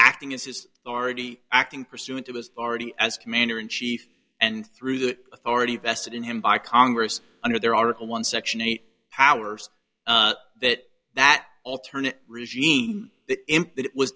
acting as is already acting pursuant to us already as commander in chief and through the authority vested in him by congress under their article one section eight powers that that alternate regime